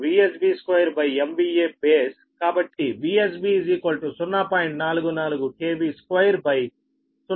కాబట్టి VsB 0